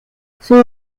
son